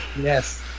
Yes